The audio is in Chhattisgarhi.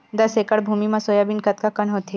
दस एकड़ भुमि म सोयाबीन कतका कन होथे?